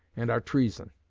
and are treason.